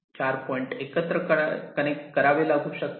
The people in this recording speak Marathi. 4 पॉईंट एकत्र कनेक्ट करावे लागू शकतात